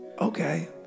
okay